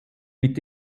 mit